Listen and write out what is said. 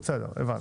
ב-ה'.